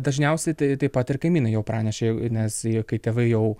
dažniausiai tai taip pat ir kaimynai jau pranešė nes kai tėvai jau